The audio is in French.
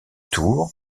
tour